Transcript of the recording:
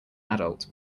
adult